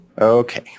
Okay